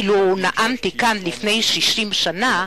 אילו נאמתי כאן לפני 60 שנה,